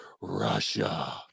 Russia